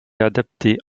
adapté